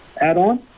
add-on